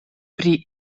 pri